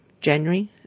January